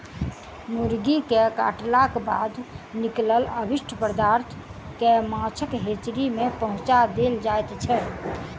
मुर्गी के काटलाक बाद निकलल अवशिष्ट पदार्थ के माछक हेचरी मे पहुँचा देल जाइत छै